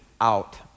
out